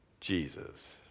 Jesus